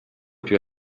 più